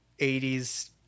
80s